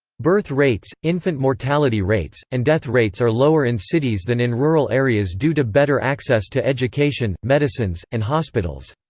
birth rates, infant mortality rates, and death rates are lower in cities than in rural areas due to better access to education, medicines, and hospitals.